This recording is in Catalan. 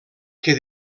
que